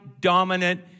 dominant